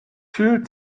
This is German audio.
fühlt